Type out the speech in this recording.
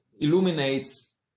illuminates